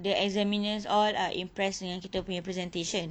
the examiners all are impressed dengan kita punya presentation